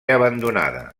abandonada